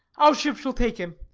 our ship shall take him.